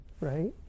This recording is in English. right